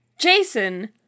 Jason